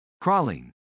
Crawling